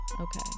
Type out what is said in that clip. Okay